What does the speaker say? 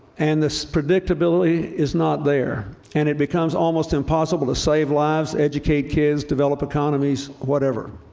and this predictability is not there. and it becomes almost impossible to save lives, educate kids, develop economies, whatever.